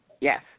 Yes